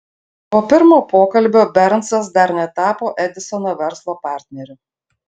po pirmo pokalbio bernsas dar netapo edisono verslo partneriu